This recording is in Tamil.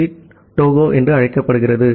பி டோஹோ என்று அழைக்கப்படுகிறது